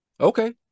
Okay